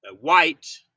White